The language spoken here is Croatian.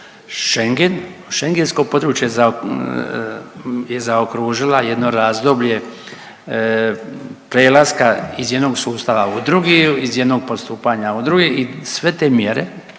Schengen, schengensko područje je zaokružila jedno razdoblje prelaska iz jednog sustava u drugi, iz jednog postupanja u drugi i sve te mjere,